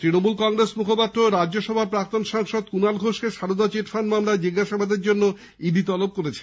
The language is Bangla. ত়ণমূল কংগ্রেস মুখপাত্র ও রাজ্যসভার প্রাক্তন সাংসদ কুণাল ঘোষকে সারদা চিটফান্ড মামলায় জিজ্ঞাসাবাদের জন্য ইডি তলব করেছে